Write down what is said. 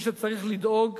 מי שצריך לדאוג